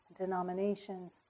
denominations